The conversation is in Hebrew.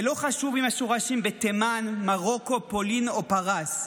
ולא חשוב אם השורשים בתימן, מרוקו, פולין או פרס,